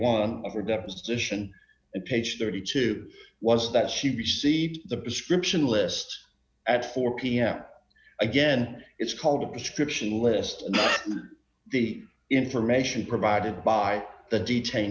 one of her deposition and page thirty two was that she be see the description list at four pm again it's called a prescription list the information provided by the detaine